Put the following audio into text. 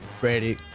Brady